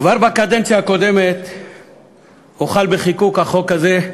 כבר בקדנציה הקודמת הוחל בחיקוק החוק הזה,